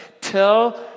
tell